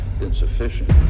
insufficient